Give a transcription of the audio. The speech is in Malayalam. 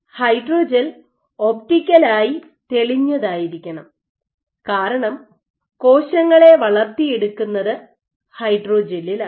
ഹൈഡ്രോജൽ ഒപ്റ്റിക്കലായി തെളിഞ്ഞതായിരിക്കണം കാരണം കോശങ്ങളെ വളർത്തിയെടുക്കുന്നത് ഹൈഡ്രോജെല്ലിലാണ്